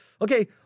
Okay